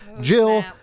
Jill